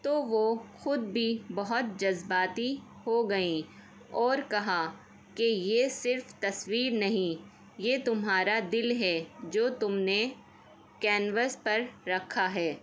تو وہ خود بھی بہت جذباتی ہو گئیں اور کہا کہ یہ صرف تصویر نہیں یہ تمہارا دل ہے جو تم نے کیینوس پر رکھا ہے